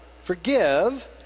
Forgive